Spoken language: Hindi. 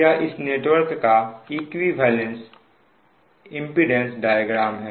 यह इस नेटवर्क का इक्विवेलेंट इंपेडेंस डायग्राम है